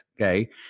Okay